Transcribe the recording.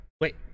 wait